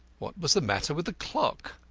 what was the matter with the clock?